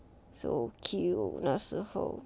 so cute 那时候